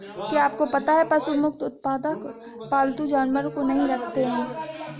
क्या आपको पता है पशु मुक्त उत्पादक पालतू जानवरों को नहीं रखते हैं?